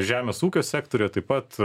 žemės ūkio sektoriuje taip pat